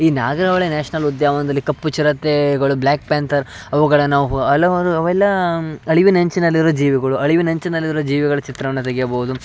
ಈ ನಾಗರಹೊಳೆ ನ್ಯಾಷ್ನಲ್ ಉದ್ಯಾವನದಲ್ಲಿ ಕಪ್ಪು ಚಿರತೆಗಳು ಬ್ಲ್ಯಾಕ್ ಪ್ಯಾಂತರ್ ಅವುಗಳ ನಾವು ಹಲವಾರು ಅವೆಲ್ಲ ಅಳಿವಿನಂಚಿನಲ್ಲಿರುವ ಜೀವಿಗಳು ಅಳಿವಿನಂಚಿನಲ್ಲಿರುವ ಜೀವಿಗಳ ಚಿತ್ರವನ್ನು ತೆಗೆಯಬೌದು